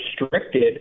restricted